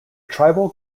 tribal